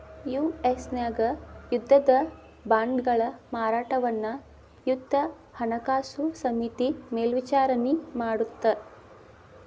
US ನ್ಯಾಗ ಯುದ್ಧದ ಬಾಂಡ್ಗಳ ಮಾರಾಟವನ್ನ ಯುದ್ಧ ಹಣಕಾಸು ಸಮಿತಿ ಮೇಲ್ವಿಚಾರಣಿ ಮಾಡತ್ತ